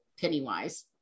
Pennywise